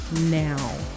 now